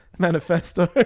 Manifesto